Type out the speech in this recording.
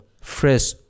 fresh